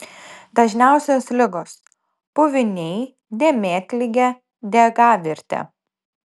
dažniausios ligos puviniai dėmėtligė diegavirtė